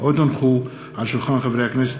כי הונחו היום על שולחן הכנסת,